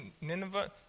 Nineveh